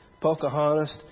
pocahontas